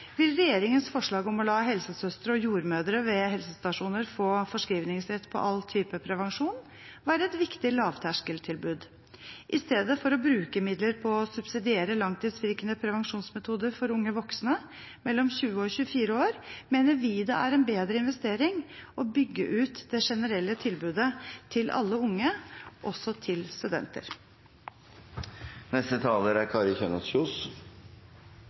vil regjeringens forslag om å la helsesøstre og jordmødre ved helsestasjoner få forskrivningsrett på all type prevensjon være et viktig lavterskeltilbud. I stedet for å bruke midler på å subsidiere langtidsvirkende prevensjonsmetoder for unge voksne mellom 20 og 24 år mener vi det er en bedre investering å bygge ut det generelle tilbudet til alle unge, også til studenter. Psykiske lidelser er